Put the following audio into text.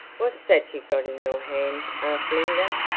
what's that you've got in your hand? asked linda.